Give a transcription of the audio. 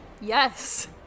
Yes